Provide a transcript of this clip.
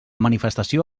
manifestació